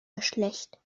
geschlecht